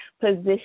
position